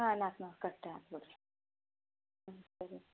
ಹಾಂ ನಾಲ್ಕು ನಾಲ್ಕು ಕಟ್ಟಿ ಹಾಕಿಬಿಡ್ರಿ ಹ್ಞೂ ಅದೇ